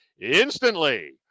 instantly